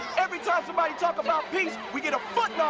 every time somebody talk about peace we get a foot